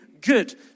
good